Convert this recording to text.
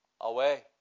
away